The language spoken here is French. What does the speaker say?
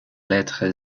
lettre